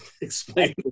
explain